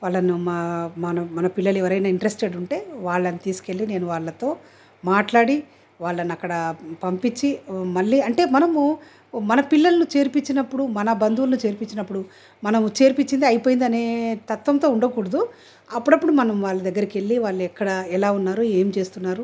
వాళ్ళను మ మన పిల్లలు ఎవరైనా ఇంట్రెస్టెడ్ ఉంటే వాళ్ళను తీసుకెళ్ళి నేను వాళ్ళతో మాట్లాడి వాళ్ళను అక్కడ పంపించి మళ్ళీ అంటే మనము మన పిల్లలను చేర్పించినపుడు మన బంధువులని చేర్పించినపుడు మనము చేర్పించింది అయిపోయిందనే తత్వంతో ఉండకూడదు అప్పుడప్పుడు మనం వాళ్ళ దగ్గరికివెళ్ళి వాళ్ళు ఎక్కడ ఎలా ఉన్నారు ఏం చేస్తున్నారు